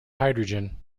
hydrogen